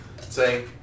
Say